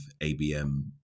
abm